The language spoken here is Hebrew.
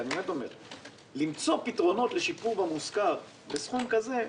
למצוא פתרונות לשיפור במושכר בסכום כזה?